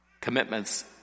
commitments